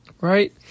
Right